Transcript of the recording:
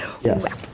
yes